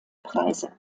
preise